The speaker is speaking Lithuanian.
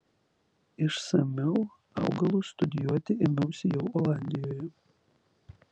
išsamiau augalus studijuoti ėmiausi jau olandijoje